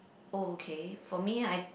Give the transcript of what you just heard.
oh okay for me I